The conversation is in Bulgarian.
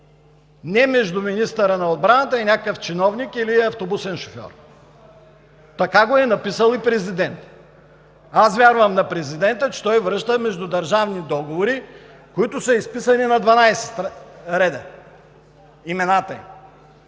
е между министъра на отбраната и някакъв чиновник или автобусен шофьор. Така го е написал и президентът. Аз вярвам на президента, че той връща междудържавни договори, заглавията на които са изписани на 12 реда, и чета